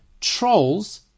Trolls